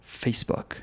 Facebook